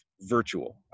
virtual